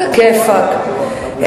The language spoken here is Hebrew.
עלא כיפאק.